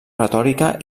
retòrica